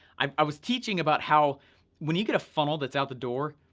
i was teaching about how when you get a funnel that's out the door,